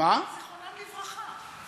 זיכרונם לברכה.